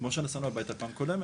כמו שנסענו הביתה פעם קודמת.